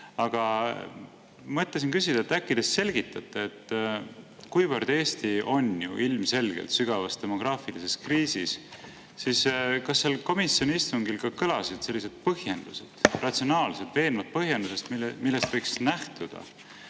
Aga mõtlesin küsida, et äkki te selgitate, kuivõrd Eesti on ju ilmselgelt sügavas demograafilises kriisis, kas komisjoni istungil ka kõlas selliseid põhjendusi, ratsionaalselt veenvaid põhjendusi, millest võiks nähtuda,